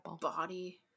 body